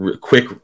quick